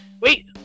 Wait